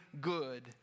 good